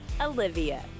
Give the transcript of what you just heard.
Olivia